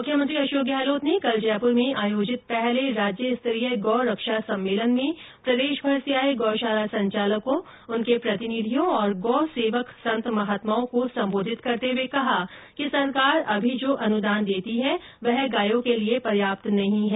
मुख्यमंत्री अशोक गहलोत ने कल जयपुर में आयोजित पहले राज्य स्तरीय गौरक्षा सम्मेलन में प्रदेशभर से आए गौशाला संचालकों उनके प्रतिनिधियों और गौसेवक संत महात्माओं को संबोधित करते हुए कहा कि सरकार अभी जो अनुदान देती है वह गायों के लिए पर्याप्त नहीं है